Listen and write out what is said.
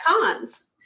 cons